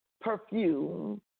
perfume